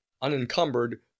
unencumbered